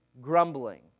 Grumbling